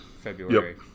February